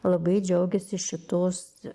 labai džiaugiasi šitos